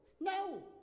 No